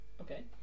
Okay